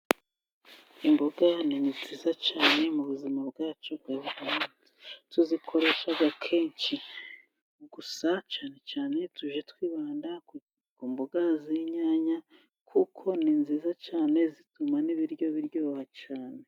Imboga ni ni nziza cyane mu buzima bwacu bwa buri munsi, tuzikoresha kenshi, gusa cyane cyane tujye twibanda ku mboga z'inyanya kuko ni nziza cyane zituma n'ibiryo biryoha cyane.